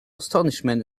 astonishment